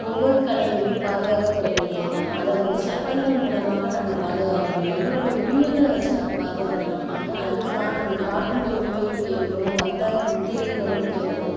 ஒவ்வொரு கலையுமே பாதுகாக்கப்பட வேண்டியது தான் அத வந்து சட்டங்கள் மூலமாக நாங்கள் பாதுகாக்கிறோம் எங்களோடய உரிமைகளை வச்சு நாங்கள் பாதுகாக்கலாம் அதுக்கு தான் நாங்க காப்பீடு உரிமையும் கேட்குறோம் வர்த்தக முத்திரைகளும் கேட்கறோம்